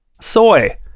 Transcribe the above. Soy